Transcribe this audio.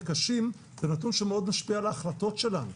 זה נתון שמאוד משפיע על ההחלטות שלנו.